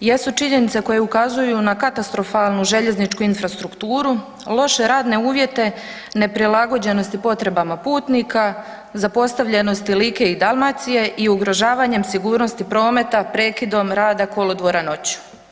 jesu činjenice koje ukazuju na katastrofalnu željezničku infrastrukturu, loše radne uvjete, neprilagođenosti potrebama putnika, zapostavljenosti Like i Dalmacije i ugrožavanjem sigurnosti prometa prekidom rada kolodvora noću.